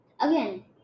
again